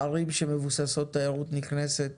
הערים שמבוססות תיירות נכנסת